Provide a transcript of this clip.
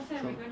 so